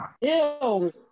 Ew